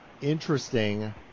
interesting